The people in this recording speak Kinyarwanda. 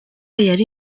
yari